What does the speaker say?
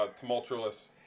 tumultuous